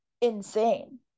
insane